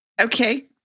Okay